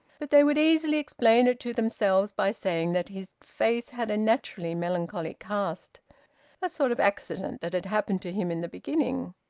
but they would easily explain it to themselves by saying that his face had a naturally melancholy cast a sort of accident that had happened to him in the beginning!